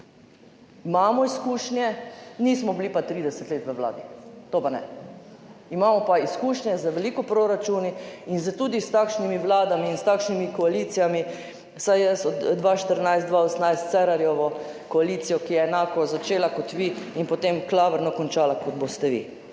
imamo izkušnje. Nismo bili pa 30 let v vladi, to pa ne. Imamo pa izkušnje z veliko proračuni in tudi s takšnimi vladami in s takšnimi koalicijami, vsaj jaz 2014–2018 s Cerarjevo koalicijo, ki je enako začela kot vi in potem klavrno končala, kot boste vi.